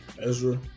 Ezra